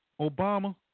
Obama